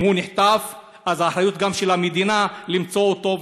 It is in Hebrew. אם הוא נחטף אז זו האחריות של המדינה למצוא אותו,